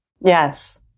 Yes